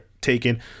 taken